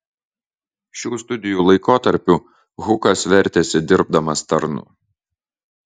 šių studijų laikotarpiu hukas vertėsi dirbdamas tarnu